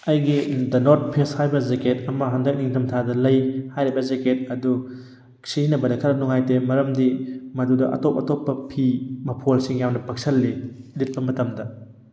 ꯑꯩꯒꯤ the north face ꯍꯥꯏꯕ jacket ꯑꯃ ꯍꯟꯗꯛ ꯅꯤꯡꯊꯝ ꯊꯥꯗ ꯂꯩ ꯍꯥꯏꯔꯤꯕ ꯖꯦꯀꯦꯠ ꯑꯗꯨ ꯁꯤꯖꯤꯟꯅꯕꯗ ꯈꯔ ꯅꯨꯡꯉꯥꯏꯇꯦ ꯃꯔꯝꯗꯤ ꯃꯗꯨꯗ ꯑꯇꯣꯞ ꯑꯇꯣꯞꯄ ꯐꯤ ꯃꯐꯣꯜꯁꯤꯡ ꯌꯥꯝꯅ ꯄꯛꯁꯜꯂꯤ ꯂꯤꯠꯄ ꯃꯇꯝꯗ